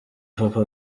papa